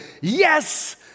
Yes